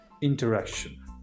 interaction